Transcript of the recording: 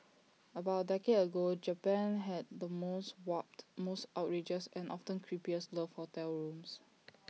about A decade ago Japan had the most warped most outrageous and often creepiest love hotel rooms